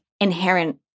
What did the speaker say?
inherent